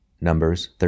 Numbers